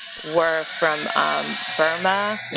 were from burma,